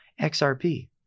XRP